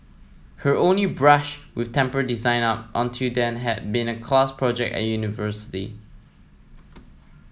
her only brush with temple design up until then had been a class project at university